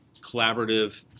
collaborative